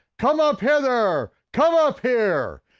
come up hither, come up here.